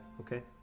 okay